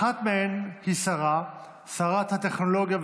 אחת מהם היא שרה, שרת הטכנולוגיה,